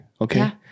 Okay